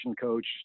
coach